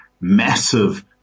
massive